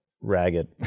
Ragged